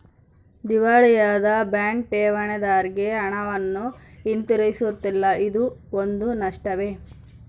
ದಿವಾಳಿಯಾದ ಬ್ಯಾಂಕ್ ಠೇವಣಿದಾರ್ರಿಗೆ ಹಣವನ್ನು ಹಿಂತಿರುಗಿಸುವುದಿಲ್ಲ ಇದೂ ಒಂದು ನಷ್ಟವೇ